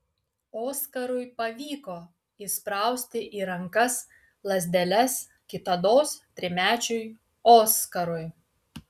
oskarui pavyko įsprausti į rankas lazdeles kitados trimečiui oskarui